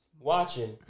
watching